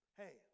hey